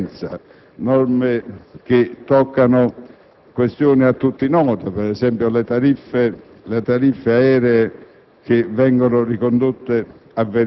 inoltre norme di trasparenza, che toccano questioni a tutti note, per esempio le tariffe aeree,